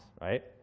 right